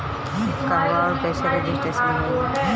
कहवा और कईसे रजिटेशन होई?